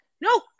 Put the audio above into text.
no